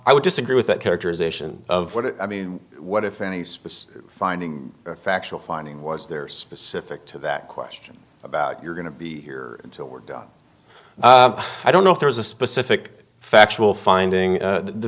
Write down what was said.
i would disagree with that characterization of what i mean what if and he's finding a factual finding was there specific to that question about you're going to be here until we're done i don't know if there's a specific factual finding